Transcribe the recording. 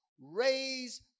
raise